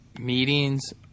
meetings